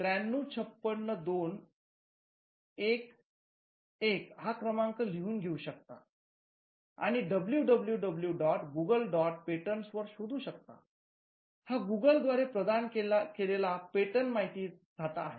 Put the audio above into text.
तुम्ही यूएस द्वारे प्रदान केलेला पेटंट माहिती साठा आहे